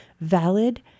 valid